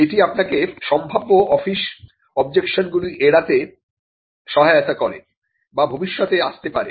এটি আপনাকে সম্ভাব্য অফিস অবজেকশনগুলি এড়াতে সহায়তা করে যা ভবিষ্যতে আসতে পারে